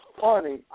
funny